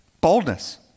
Boldness